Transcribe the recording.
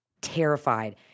terrified